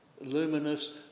luminous